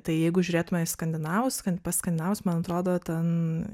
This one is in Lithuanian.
tai jeigu žiūrėtume į skandinavus skan pas skandinavus man atrodo ten